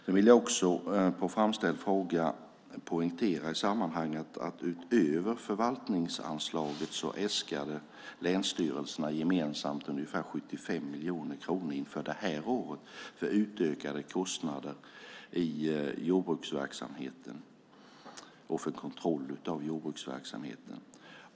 Jag vill också, på framställd fråga, poängtera i sammanhanget att utöver förvaltningsanslaget äskade länsstyrelserna gemensamt ungefär 75 miljoner kronor inför detta år för utökade kostnader i jordbruksverksamheten och för kontroll av jordbruksverksamheten.